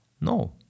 No